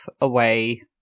away